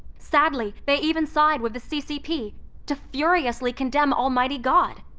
sadly, they even side with the ccp to furiously condemn almighty god,